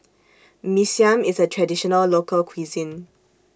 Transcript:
Mee Siam IS A Traditional Local Cuisine